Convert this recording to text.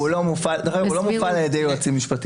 דרך אגב, הוא לא מופעל על ידי יועצים משפטיים.